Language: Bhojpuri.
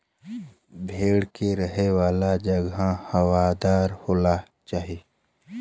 भेड़ के रहे वाला जगह हवादार होना चाही